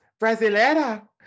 brasileira